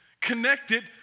Connected